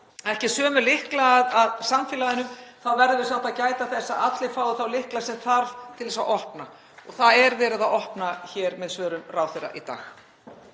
ekki sömu lykla að samfélaginu þá verðum við samt að gæta þess að allir fái þá lykla sem þarf til þess að opna og það er verið að opna hér með svörum ráðherra í dag.